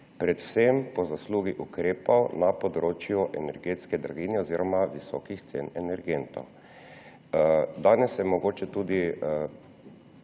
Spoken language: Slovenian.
predvsem po zaslugi ukrepov na področju energetske draginje oziroma visokih cen energentov. Danes mogoče tudi